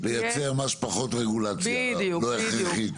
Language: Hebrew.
תהיה --- לייצר מה שפחות רגולציה לא הכרחית,